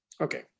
Okay